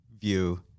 view